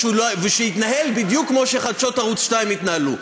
שהוא יתנהל בדיוק כמו שחדשות ערוץ 2 התנהלו.